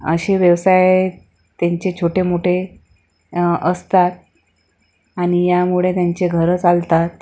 असे व्यवसाय त्यांचे छोटे मोठे असतात आणि यामुळे त्यांची घरं चालतात